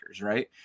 right